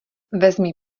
vezmi